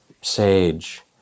sage